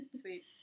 sweet